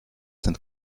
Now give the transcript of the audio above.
sind